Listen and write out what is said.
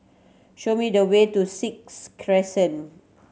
show me the way to Sixth Crescent